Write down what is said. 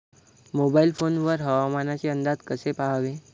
Mobile phone वर हवामानाचे अंदाज कसे पहावे?